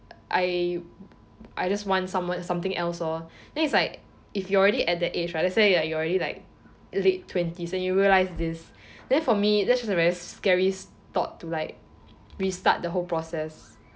I I just want some~ something else lor then is like if you already at the age right let's say you are already like late twenties and you realise this then for me that is a very scary thought to like restart the whole process